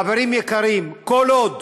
חברים יקרים, כל עוד